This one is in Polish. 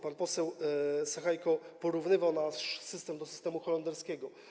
Pan poseł Sachajko porównywał nasz system do systemu holenderskiego.